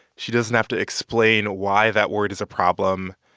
she doesn't have to explain why that word is a problem.